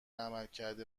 عملکرد